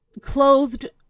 clothed